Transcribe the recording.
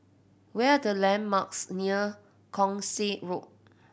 where the landmarks near Keong Saik Road